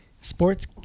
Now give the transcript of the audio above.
sports